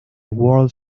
world